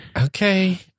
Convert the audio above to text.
Okay